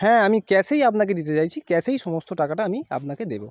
হ্যাঁ আমি ক্যাশেই আপনাকে দিতে চাইছি ক্যাশেই সমস্ত টাকাটা আমি আপনাকে দেবো